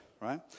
right